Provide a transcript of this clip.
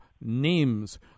Names